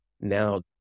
Now